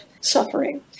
suffering